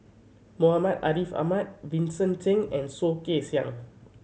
Muhammad Ariff Ahmad Vincent Cheng and Soh Kay Siang